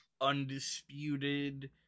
undisputed